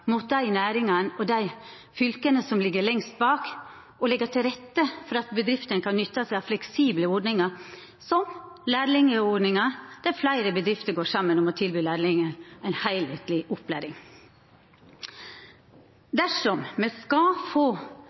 mot dei næringane og dei fylka som ligg lengst bak, og leggja til rette for at bedriftene kan nytta seg av fleksible ordningar som lærlingordningar der fleire bedrifter går saman om å tilby lærlingar ei heilskapleg opplæring. Dersom me skal få